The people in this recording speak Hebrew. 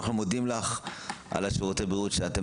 שאנחנו מודים לך על שירותי הבריאות שאתם